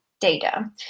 data